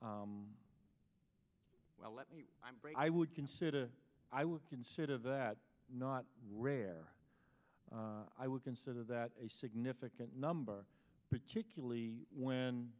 time well let me i would consider i would consider that not rare i would consider that a significant number particularly when